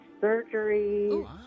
surgery